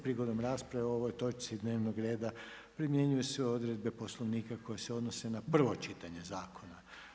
Prigodom rasprave o ovoj točci dnevnog reda primjenjuju se odredbe Poslovnika koje se na prvo čitanje zakona.